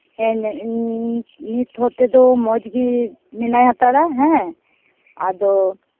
ᱦᱮᱸ ᱱᱤᱛ ᱦᱟᱹᱵᱤᱡ ᱛᱮᱫᱚ ᱢᱚᱡᱽᱜᱮ ᱢᱮᱱᱟᱭ ᱦᱟᱛᱟᱲᱟ ᱦᱮᱸ ᱟᱫᱚ